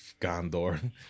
Gondor